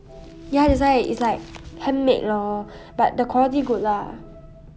ya that's why is like handmade lor but the quality good lah